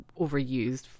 overused